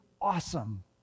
awesome